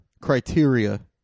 criteria